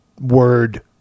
word